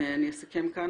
אני אסכם כאן.